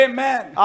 Amen